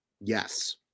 Yes